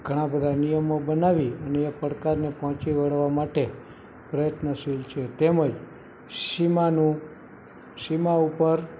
ઘણા બધા નિયમો બનાવી અને એ પડકારને પહોંચી વળવા માટે પ્રયત્નશીલ છે તેમજ સીમાનું સીમા ઉપર